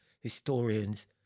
Historians